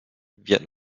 wird